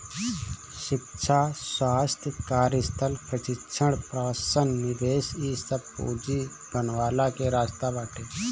शिक्षा, स्वास्थ्य, कार्यस्थल प्रशिक्षण, प्रवसन निवेश इ सब पूंजी बनवला के रास्ता बाटे